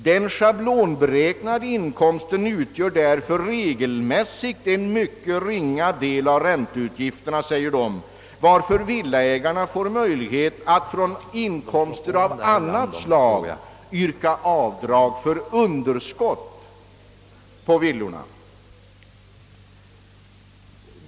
Den schablonberäknade inkomsten utgör därför regelmässigt en mycket ringa del av ränteutgifterna, säger utredningen, och därför får villaägarna möjlighet att från inkomster av annat slag yrka avdrag för underskott på villorna.